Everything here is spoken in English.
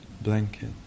Blanket